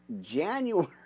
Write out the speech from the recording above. January